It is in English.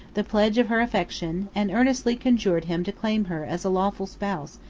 the pledge of her affection and earnestly conjured him to claim her as a lawful spouse,